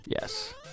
Yes